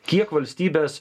kiek valstybės